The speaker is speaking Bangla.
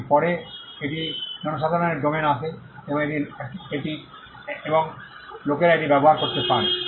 এর পরে এটি জনসাধারণের ডোমেনে আসে এবং লোকেরা এটি ব্যবহার করতে পারে